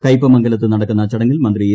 കൈപ്പമംഗലത്ത് നടക്കുന്ന ചടങ്ങിൽ മന്ത്രി എ